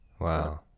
Wow